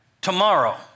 tomorrow